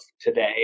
today